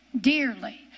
Dearly